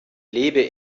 lebe